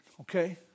Okay